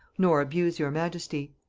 nor abuse your majesty.